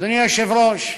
אדוני היושב-ראש,